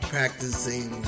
Practicing